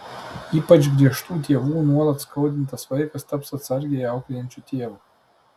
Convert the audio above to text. ypač griežtų tėvų nuolat skaudintas vaikas taps atsargiai auklėjančiu tėvu